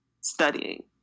studying